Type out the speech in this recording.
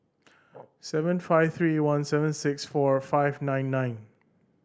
seven five three one seven six four five nine nine